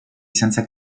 senza